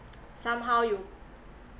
somehow you